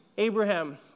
Abraham